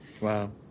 Wow